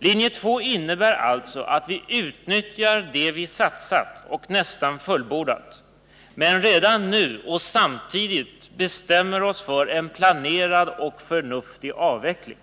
Linje 2 innebär alltså att vi utnyttjar det vi har satsat på och nästan fullbordat, men redan nu och samtidigt bestämmer oss för en planerad och förnuftig avveckling.